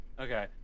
Okay